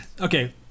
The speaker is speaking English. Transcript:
okay